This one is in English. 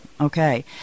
Okay